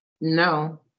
No